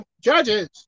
Judges